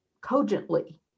cogently